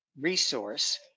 resource